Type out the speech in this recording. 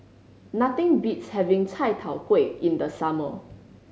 nothing beats having chai tow kway in the summer